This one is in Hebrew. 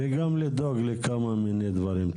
וגם לדאוג לכמה מיני דברים,